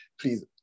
please